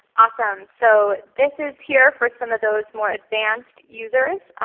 awesome, so this is here for some of those more advanced users.